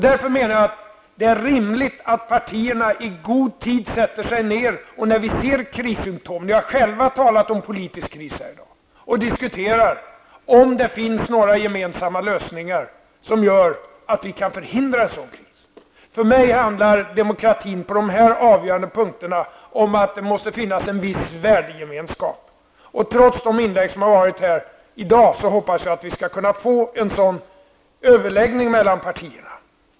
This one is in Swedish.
Därför menar jag att det är rimligt att partierna, när det uppstår krissymtom -- ni har själva talat om politisk kris --, sätter sig ned och diskuterar om det finns några gemensamma lösningar som gör att en sådan kris kan förhindras. För mig handlar demokratin på dessa avgörande punkter om att det måste finnas en viss värdegemenskap. Trots de inlägg som har förekommit här i dag hoppas jag att det skall komma till stånd en sådan överläggning mellan partierna.